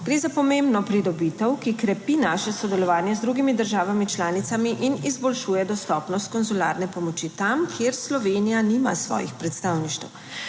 Gre za pomembno pridobitev, ki krepi naše sodelovanje z drugimi državami članicami in izboljšuje dostopnost konzularne pomoči tam, kjer Slovenija nima svojih predstavništev.